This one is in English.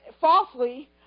Falsely